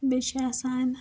بیٚیہِ چھِ آسان